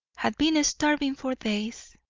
had been starving for days.